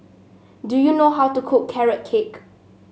do you know how to cook Carrot Cake